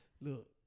Look